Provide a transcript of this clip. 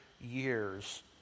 years